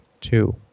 Two